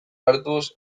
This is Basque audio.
hartuz